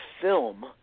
film